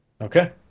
Okay